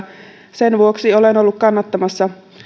sen vuoksi olen ollut kannattamassa